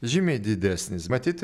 žymiai didesnis matyt